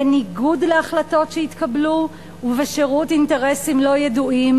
בניגוד להחלטות שהתקבלו ובשירות אינטרסים לא ידועים,